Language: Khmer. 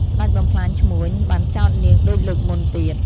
ស្ដេចបំផ្លាញឈ្មួញ បានចោទនាងដូចលើកមុនទៀត ។